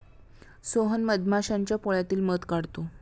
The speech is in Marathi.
सोहन मधमाश्यांच्या पोळ्यातील मध काढतो